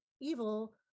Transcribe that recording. evil